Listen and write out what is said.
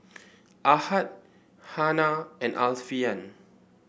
Ahad Hana and Alfian